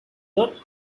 not